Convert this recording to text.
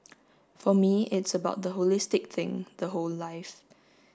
for me it's about the holistic thing the whole life